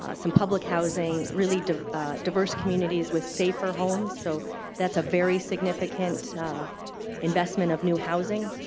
ah some public housing, really diverse communities with safer homes. so that's a very significant investment of new housing.